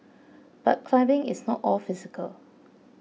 but climbing is not all physical